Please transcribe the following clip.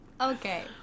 Okay